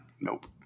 nope